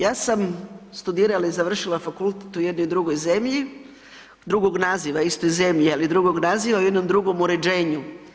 Ja sam studirala i završila fakultet u jednoj drugoj zemlji, drugog naziva iste zemlje, ali drugog naziva u jednom drugom uređenju.